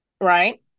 Right